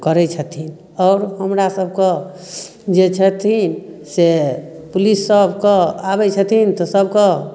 करै छथिन आओर हमरा सबके जे छथिन से पुलिस सबके आबै छथिन तऽ सबके